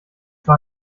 war